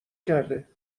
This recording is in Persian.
کرده